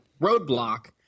Roadblock